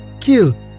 kill